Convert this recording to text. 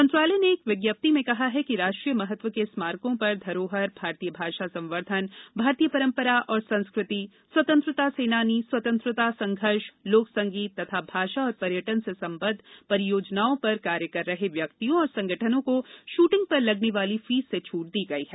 मंत्रालय ने एक विज्ञप्ति में कहा है कि राष्ट्रीय महत्व के स्मारकों पर धरोहर भारतीय भाषा संवर्धन भारतीय परम्परा और संस्कृति स्वतंत्रता सेनानी स्वतंत्रता संघर्ष लोक संगीत तथा भाषा और पर्यटन से संबद्ध परियोजनाओं पर कार्य कर रहे व्याक्तियों और संगठनों को शूटिंग पर लगने वाली फीस से छूट दी गई है